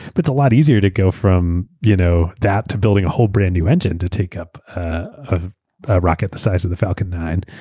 but it's a lot easier to go from you know that to building a whole brand new engine to take up a rocket the size of the falcon nine.